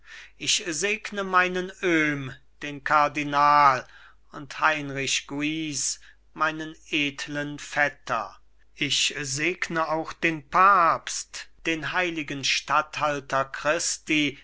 ich segne meinen öhm den kardinal und heinrich guise meinen edlen vetter ich segne auch den papst den heiligen statthalter christi